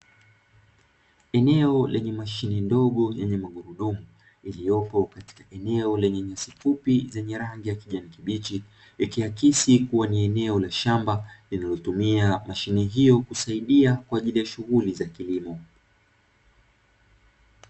Eneo lenye mashine ndogo yenye magurudumu, iliyopo katika eneo lenye nyasi fupi zenye rangi ya kijani kibichi, ikiakisi kuwa ni eneo la shamba, linalotumia mashine hiyo kusaidia kwa ajili ya shughuli za kilimo.